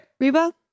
Reba